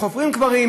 חופרים קברים,